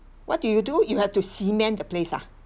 what do you do you have to cement the place ah